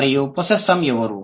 మరియు పొస్సెస్సామ్ ఎవరు